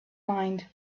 mind